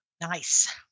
Nice